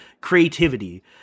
creativity